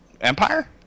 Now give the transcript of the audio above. Empire